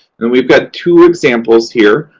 and we've got two examples here.